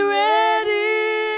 ready